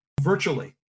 virtually